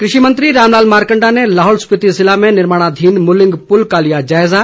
कृषि मंत्री रामलाल मारकण्डा ने लाहौल स्पिति जिले में निर्माणाधीन मूलिंग पुल का लिया जायजा